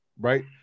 right